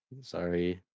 Sorry